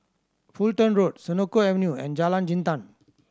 Fulton Road Senoko Avenue and Jalan Jintan